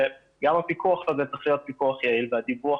שגם הפיקוח הזה צריך להיות פיקוח יעיל והדיווח